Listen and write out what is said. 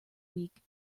week